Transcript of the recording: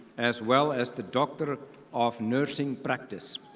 as well as the doctor of nursing practice.